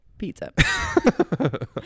pizza